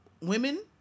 women